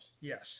Yes